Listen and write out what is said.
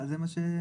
זה מה שאתה?